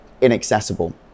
inaccessible